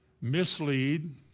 mislead